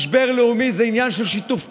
משבר לאומי זה עניין של שיתוף פעולה.